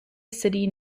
city